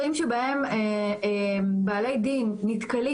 התשפ"ג 2023. לפני שאני קורא את דברי הפתיחה,